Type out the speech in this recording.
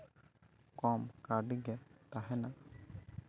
ᱠᱚᱢ ᱠᱟᱹᱣᱰᱤᱜᱮ ᱛᱟᱦᱮᱱᱟ